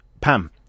Pam